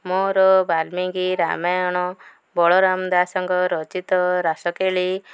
ମୋର ବାଲ୍ମୀକି ରାମାୟଣ ବଳରାମ ଦାସଙ୍କ ରଚିତ ରାସକେଳୀ